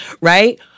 Right